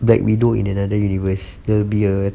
black widow in another universe there will be a